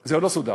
זה עוד לא סודר.